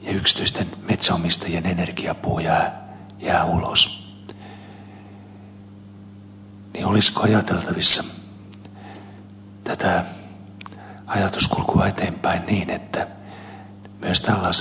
ja yksityisten metsänomistajien energiapuu jää ulos niin olisiko ajateltavissa tätä ajatuskulkua eteenpäin niin että myös tällaisessa tilanteessa tätä tukijärjestelmää lähdettäisiin muuttamaan